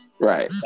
Right